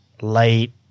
light